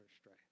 stray